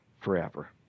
forever